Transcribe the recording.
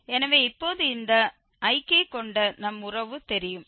எனவே இப்போது இந்த Ik கொண்ட நம் உறவு தெரியும்